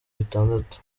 bitandatu